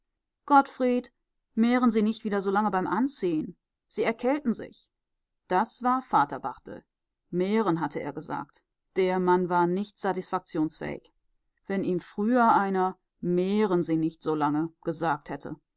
gottfried mähren sie nicht wieder so lange beim anziehen sie erkälten sich das war vater barthel mähren hatte er gesagt der mann war nicht satisfaktionsfähig wenn ihm früher mal einer mähren sie nicht so lange gesagt hätte